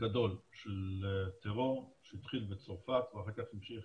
גדול של טרור שהתחיל בצרפת ואחר כך המשיך